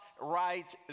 right